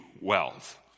wealth